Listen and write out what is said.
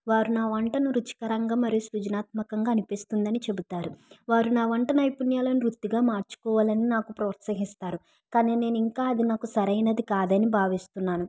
వారు నా వంటను రుచికరంగా మరియు సృజనాత్మకంగా అనిపిస్తుందని చెబుతారు వారు నా వంట నైపుణ్యాలను వృత్తిగా మార్చుకోవాలని నాకు ప్రోత్సహిస్తారు కానీ నేను ఇంకా అది నాకు సరైనది కాదని భావిస్తున్నాను